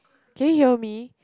can you hear me